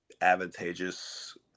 advantageous